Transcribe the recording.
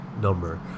number